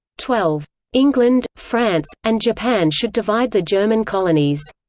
twelve england, france, and japan should divide the german colonies